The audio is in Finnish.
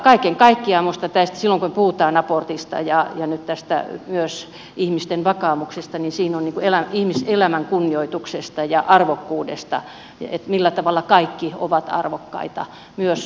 kaiken kaikkiaan minusta silloin kun me puhumme abortista ja nyt myös ihmisten vakaumuksesta siinä on kyse ihmiselämän kunnioituksesta ja arvokkuudesta että millä tavalla kaikki ovat arvokkaita myös se syntymätön lapsi